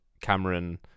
Cameron